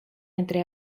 entre